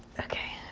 okay,